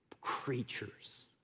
creatures